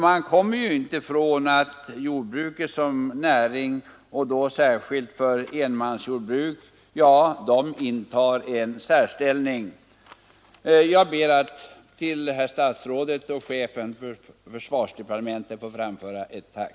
Man kommer ju inte ifrån att jordbruket som näring, och det gäller särskilt enmansjordbruk, intar en särställning. Jag ber att till herr försvarsministern få framföra mitt tack.